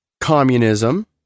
communism